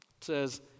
says